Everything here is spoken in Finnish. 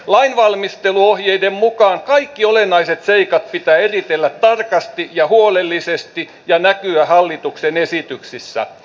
lainvalmisteluohjeiden mukaan kaikki olennaiset seikat pitää eritellä tarkasti ja huolellisesti ja näkyä hallituksen esityksissä